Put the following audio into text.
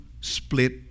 split